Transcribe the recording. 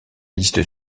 liste